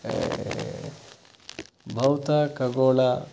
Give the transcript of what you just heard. ಭೌತ ಖಗೋಳ